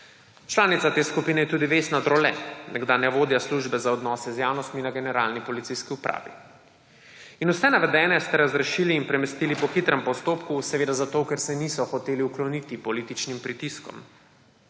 Članica te skupine je tudi Vesna Drole, nekdanja vodja Službe za odnose z javnostmi na Generalni policijski upravi. In vse navedene ste razrešili in premestili po hitrem postopku, seveda zato, ker se niso hoteli ukloniti političnim pritiskom.